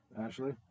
Ashley